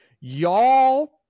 Y'all